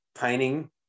painting